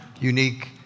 unique